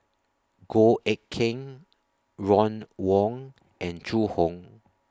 Goh Eck Kheng Ron Wong and Zhu Hong